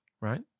Right